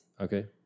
Okay